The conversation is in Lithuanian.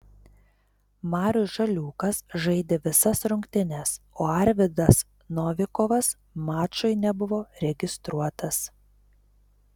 marius žaliūkas žaidė visas rungtynes o arvydas novikovas mačui nebuvo registruotas